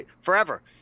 forever